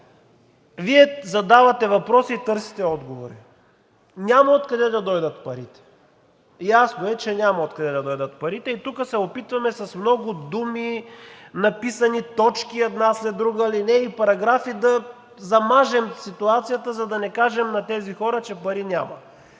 Вие задавате въпроси и търсите отговори. Няма откъде да дойдат парите. Ясно е, че няма откъде да дойдат парите и тук се опитваме с много думи, написани точки една след друга, алинеи, параграфи да замажем ситуацията, за да не кажем на тези хора, че пари няма.